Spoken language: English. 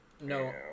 No